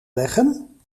leggen